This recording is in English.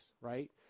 right